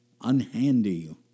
unhandy